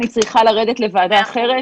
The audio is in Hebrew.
אני צריכה לרדת לוועדה אחרת.